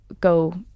go